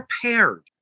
prepared